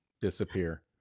disappear